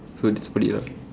so to split lah